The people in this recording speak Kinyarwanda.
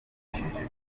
bishimishije